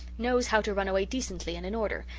knows how to run away decently and in order,